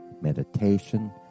meditation